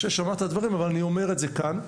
משה שמע את הדברים אבל אני אומר את זה כאן.